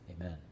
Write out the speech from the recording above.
amen